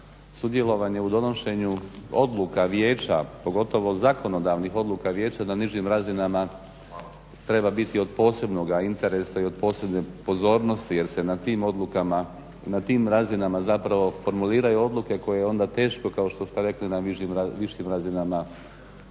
sudjelovanje u donošenju odluka Vijeća, pogotovo zakonodavnih odluka Vijeća na nižim razinama treba biti od posebnoga interesa i od posebne pozornosti jer se na tim odlukama, na tim razinama zapravo formuliraju odluke koje je onda teško kao što ste rekli na višim razinama